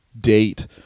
date